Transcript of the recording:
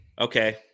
Okay